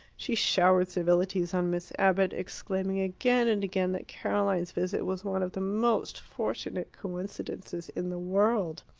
she showered civilities on miss abbott, exclaiming again and again that caroline's visit was one of the most fortunate coincidences in the world.